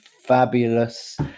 fabulous